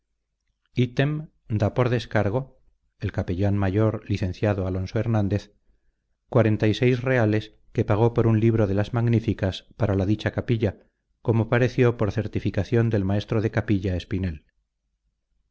se tropieza con esta partida item dá por descargo rs que pagó por un libro de las magníficas para la dicha capilla como pareció por certificación del maestro de capilla espinel